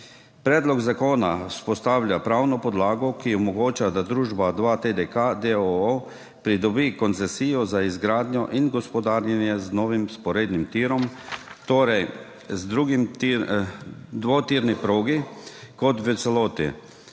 Predlog zakona vzpostavlja pravno podlago, ki omogoča, da družba 2TDK, d. o. o., pridobi koncesijo za izgradnjo in gospodarjenje z novim vzporednim tirom, torej dvotirno progo, kot v celoti